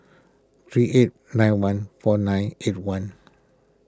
three eight nine one four nine eight one